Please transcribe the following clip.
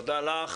תודה לך.